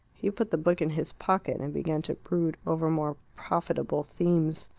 he put the book in his pocket, and began to brood over more profitable themes.